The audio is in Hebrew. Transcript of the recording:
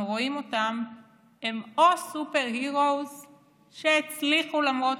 אנחנו רואים שהם או superheroes שהצליחו למרות